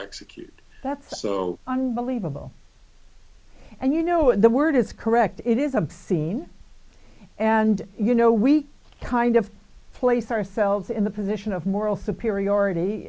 execute that's so unbelievable and you know the word is correct it is obscene and you know we kind of place ourselves in the position of moral superiority